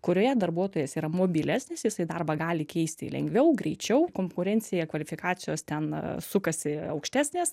kurioje darbuotojas yra mobilesnis jisai darbą gali keisti lengviau greičiau konkurencija kvalifikacijos ten sukasi aukštesnės